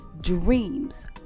dreams